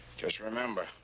just remember,